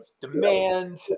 demand